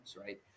right